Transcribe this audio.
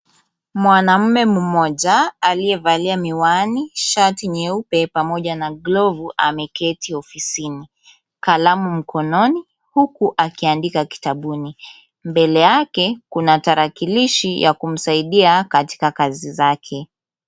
Mwanaume mmoja aliyevalia miwani, shati nyeupe pamoja na glovu ameketi ofisini, kalamu mkononi huku akiandika kitabuni. Mbele yake kuna tarakilishi ya kumsaidia katika kazi zake.